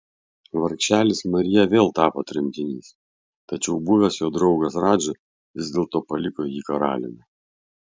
vargšelis marija vėl tapo tremtinys tačiau buvęs jo draugas radža vis dėlto paliko jį karaliumi